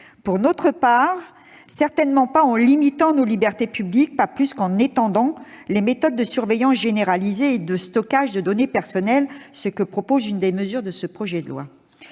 nous ne voulons certainement pas le faire en limitant nos libertés publiques, pas plus qu'en étendant les méthodes de surveillance généralisée et le stockage des données personnelles, comme le propose l'une des mesures de ce projet de loi.